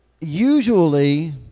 Usually